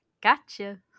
Gotcha